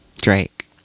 Drake